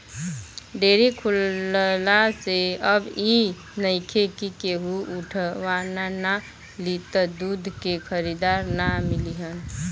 dairy खुलला से अब इ नइखे कि केहू उठवाना ना लि त दूध के खरीदार ना मिली हन